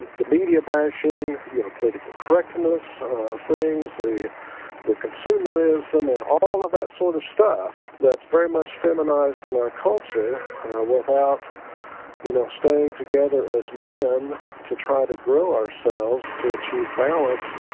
the media bashing, yeah the political correctness things, the the consumerism and all of that sort of stuff that's very much feminized in our culture without you know staying together as man to try to grow ourselves to achieve balance